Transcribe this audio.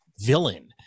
villain